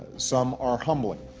some are humbling.